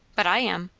but i am.